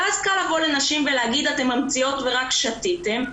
ואז קל לבוא לנשים ולהגיד: אתן ממציאות ורק שתיתן.